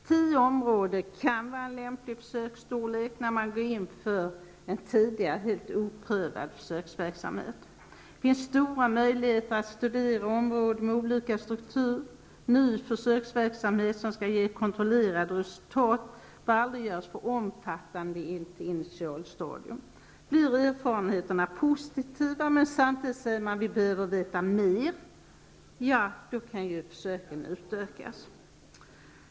Tio områden kan vara en lämplig försöksstorlek när man går in i en tidigare helt oprövad försöksverksamhet. Det finns stora möjligheter att studera områden med olika struktur. Ny försöksverksamhet som skall ge kontrollerade resultat bör aldrig göras för omfattande på initialstadiet. Om erfarenheterna blir positiva och man samtidigt säger att vi behöver veta mera, kan försöken utökas.